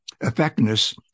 effectiveness